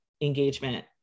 engagement